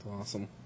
Awesome